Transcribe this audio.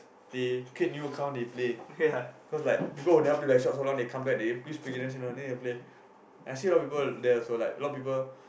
they create new account they play because like people who never play Blackshot they use beginner channel then they play I see a lot people there like a lot people